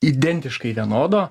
identiškai vienodo